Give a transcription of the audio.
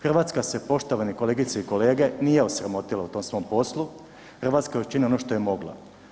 Hrvatska se poštovane kolegice i kolege, nije osramotila u tom svom poslu, Hrvatska je učinila ono što je mogla.